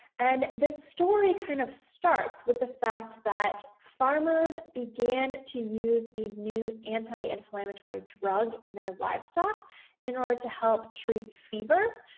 and the story kind of starts with the fact that farmers began to use a new anti-inflammatory drug in their livestock in order to help treat fever,